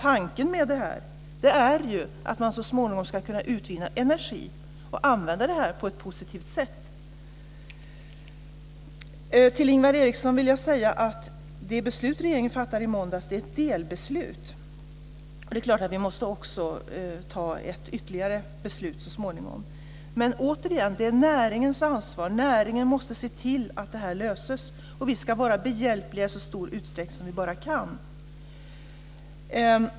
Tanken är att så småningom utvinna energi och använda det på ett positivt sätt. Eriksson, är ett delbeslut. Vi måste också fatta ett ytterligare beslut så småningom. Det är näringens ansvar att se till att frågan löses. Vi ska vara behjälpliga i så stor utsträckning vi bara kan.